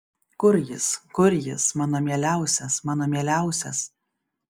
kur jis kur jis mano mieliausias mano mieliausias